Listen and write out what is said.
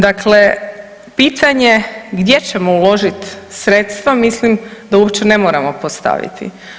Dakle, pitanje gdje ćemo uložit sredstva, mislim da uopće ne moramo postaviti.